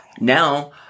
now